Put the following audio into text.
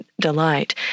delight